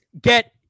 get